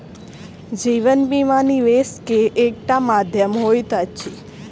जीवन बीमा, निवेश के एकटा माध्यम होइत अछि